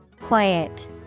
Quiet